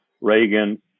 Reagan